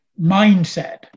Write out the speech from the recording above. mindset